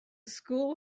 school